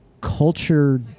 culture